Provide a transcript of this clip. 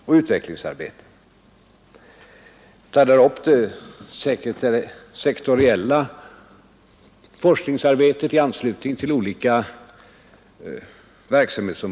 Även samhälleliga motiv måste komma med i totalbilden vid rådens bedömning av anslagsfördelningen.